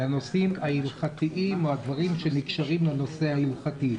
לנושאים ההלכתיים או הדברים שנקשרים לנושא ההלכתי.